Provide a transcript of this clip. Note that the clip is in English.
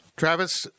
Travis